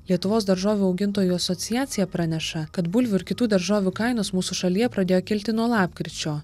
lietuvos daržovių augintojų asociacija praneša kad bulvių ir kitų daržovių kainos mūsų šalyje pradėjo kilti nuo lapkričio